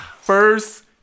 First